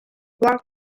block